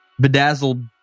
bedazzled